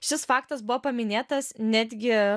šis faktas buvo paminėtas netgi